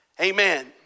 Amen